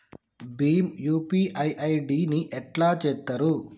Bhim UPI ID ని ఎట్లా చేత్తరు?